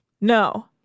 No